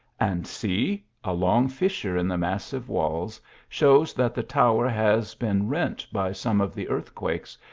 and see, a long fissure in the massive walls shows that the tower has been rent by some of the earthquakes,